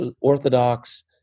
orthodox